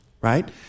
right